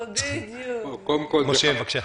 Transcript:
משה, בבקשה.